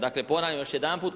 Dakle, ponavljam još jedanput.